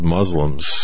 Muslims